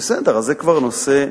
בסדר, זה כבר נושא: